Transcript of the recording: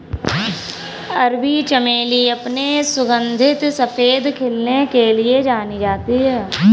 अरबी चमेली अपने सुगंधित सफेद खिलने के लिए जानी जाती है